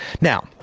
Now